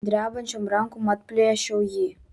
drebančiom rankom atplėšiau jį